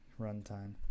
runtime